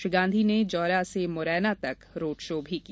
श्री गांधी ने जौरा से मुरैना तक रोडशो भी किया